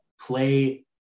play